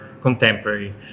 contemporary